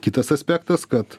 kitas aspektas kad